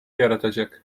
yaratacak